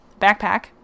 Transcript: backpack